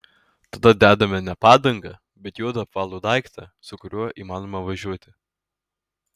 tada dedame ne padangą bet juodą apvalų daiktą su kuriuo įmanoma važiuoti